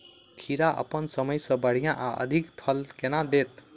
खीरा अप्पन समय सँ बढ़िया आ अधिक फल केना देत?